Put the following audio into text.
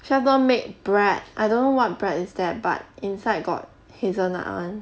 chef don made bread I don't what bread is that but inside got hazelnut [one]